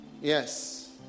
Yes